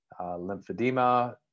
lymphedema